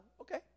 Okay